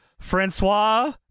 Francois